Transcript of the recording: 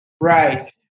Right